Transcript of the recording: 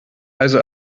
also